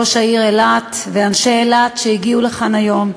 ראש העיר אילת ואנשי אילת שהגיעו לכאן היום,